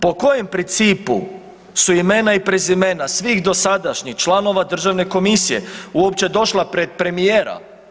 Po kojem principu su imena i prezimena svih dosadašnjih članova državne komisije uopće došla pred premijera?